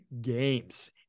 games